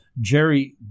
Jerry